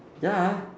ya